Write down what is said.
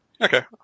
Okay